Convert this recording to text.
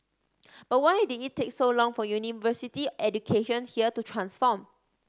but why did it take so long for university education here to transform